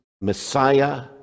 Messiah